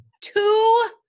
two